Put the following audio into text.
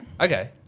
Okay